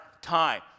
time